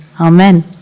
Amen